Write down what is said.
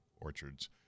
orchards